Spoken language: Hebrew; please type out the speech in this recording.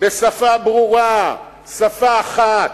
בשפה ברורה, שפה אחת,